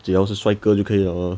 只要是帅哥就可以了